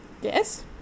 Yes